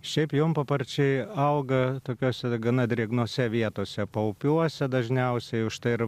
šiaip jonpaparčiai auga tokiose gana drėgnose vietose paupiuose dažniausiai užtai ir